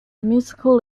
musical